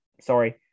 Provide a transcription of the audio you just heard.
sorry